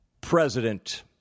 president